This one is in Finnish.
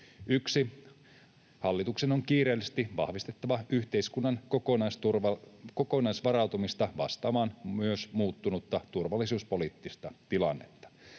1) Hallituksen on kiireellisesti vahvistettava yhteiskunnan kokonaisvarautumista vastaamaan myös muuttunutta turvallisuuspoliittista tilannetta.